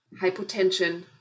Hypotension